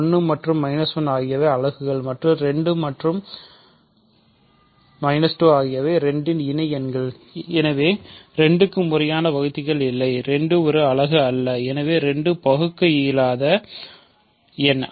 1 மற்றும் 1 அலகுகள் மற்றும் 2 மற்றும் ஆகியவை 2 இன் இணை எண்கள் எனவே 2 க்கு முறையான வகுத்திகள் இல்லை 2 ஒரு அலகு அல்ல எனவே 2 பகுக்க இயலாத எண்